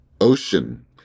ocean